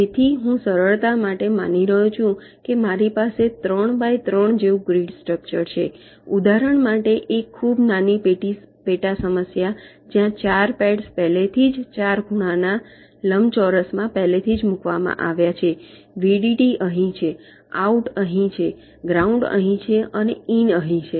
તેથી હું સરળતા માટે માની રહ્યો છું કે મારી પાસે ત્રણ બાય ત્રણ જેવું ગ્રીડ સ્ટ્રક્ચર છે ઉદાહરણ માટે એક ખૂબ જ નાની પેટા સમસ્યા જ્યાં ચાર પેડ્સ પહેલાથી જ ચાર ખૂણાના લંબચોરસમાં પહેલેથી મૂકવામાં આવ્યા છે વીડીડી અહીં છે આઉટ અહીં છે ગ્રાઉન્ડ અહીં છે અને ઈન અહીં છે